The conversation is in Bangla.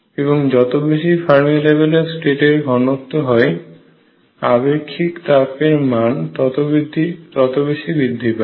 এবং যত বেশি ফার্মি লেভেলের স্টেট এর ঘনত্ব হয় আপেক্ষিক তাপ এর মান তত বৃদ্ধি পায়